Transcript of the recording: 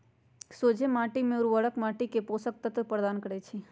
सोझें माटी में उर्वरक माटी के पोषक तत्व प्रदान करै छइ